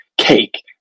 Cake